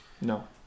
No